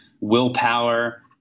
willpower